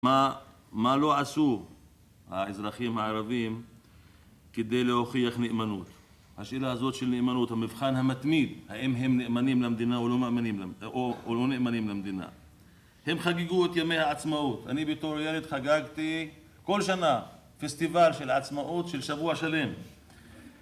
מה לא עשו האזרחים הערבים כדי להוכיח נאמנות? השאלה הזאת של נאמנות, המבחן המתמיד, האם הם נאמנים למדינה או לא נאמנים למדינה. הם חגגו את ימי העצמאות. אני בתור ילד חגגתי כל שנה פסטיבל של עצמאות של שבוע שלם.